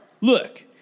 Look